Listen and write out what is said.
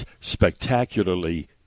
spectacularly